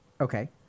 Okay